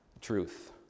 truth